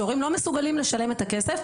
שהורים לא מסוגלים לשלם את הכסף,